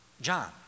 John